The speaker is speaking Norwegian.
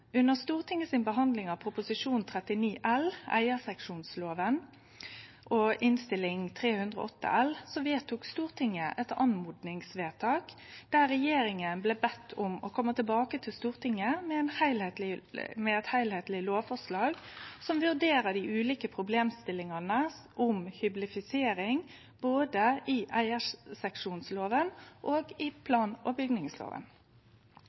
Under Stortinget si behandling av Prop. 39 L for 2016–2017, eigarseksjonsloven, og Innst. 308 L for 2016–2017 vedtok Stortinget eit oppmodingsvedtak der regjeringa blei beden om å kome tilbake til Stortinget med eit heilskapleg lovforslag som vurderer dei ulike problemstillingane om hyblifisering både i eigarseksjonsloven og i plan- og bygningsloven.